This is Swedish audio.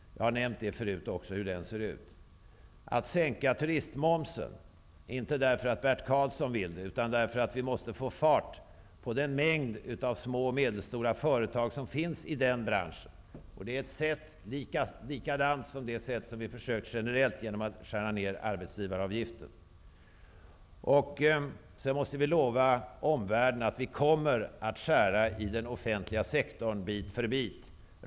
Jag har nämnt förut hur den skall se ut. Sänk turistmomsen, inte därför att Bert Karlsson vill det utan därför att vi måste få fart på den mängd av små och medelstora företag som finns i denna bransch. Ett sätt är att skära ner arbetsgivaravgiften, något som vi föreslagit genomföras generellt. Lova omvärlden att vi kommer att skära i den offentliga sektorn bit för bit.